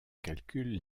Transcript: calcul